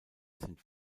sind